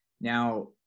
Now